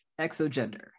exogender